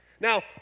Now